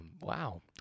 Wow